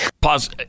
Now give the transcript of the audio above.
Pause